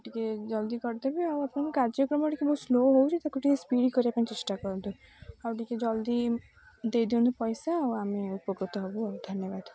ଟିକେ ଜଲ୍ଦି କରିଦେବେ ଆଉ ଆପଣ କାର୍ଯ୍ୟକ୍ରମ ଟିକେ ବହୁତ ସ୍ଲୋ ହେଉଛି ତାକୁ ଟିକେ ସ୍ପିଡ଼ କରିବା ପାଇଁ ଚେଷ୍ଟା କରନ୍ତୁ ଆଉ ଟିକେ ଜଲ୍ଦି ଦେଇଦିଅନ୍ତୁ ପଇସା ଆଉ ଆମେ ଉପକୃତ ହବୁ ଆଉ ଧନ୍ୟବାଦ